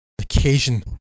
occasion